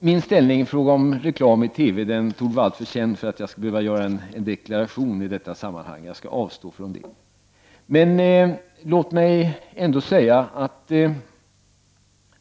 Min inställning till reklam i TV torde vara alltför känd för att jag skall behöva göra en deklaration i detta sammanhang. Jag skall avstå från detta.